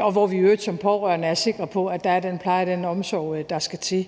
og hvor vi jo i øvrigt som pårørende er sikre på, at der er den pleje og den omsorg, der skal til.